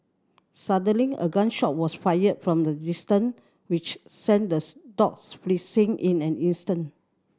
suddenly a gun shot was fired from a distance which sent the dogs fleeing in an instant